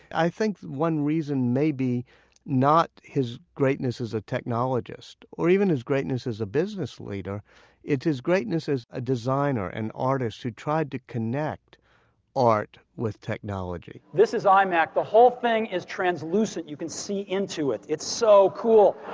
i think one reason may be not his greatness as a technologist, or even his greatness as a business leader it's his greatness as a designer and artist who tried to connect art with technology this is imac. the whole thing is translucent, you can see into it. it's so cool.